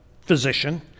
physician